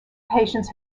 patients